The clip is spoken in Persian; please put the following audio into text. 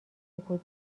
سکوت